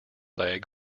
leg